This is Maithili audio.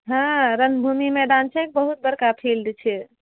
हँ रङ्गभूमि मैदान छै बहुत बड़का फिल्ड छै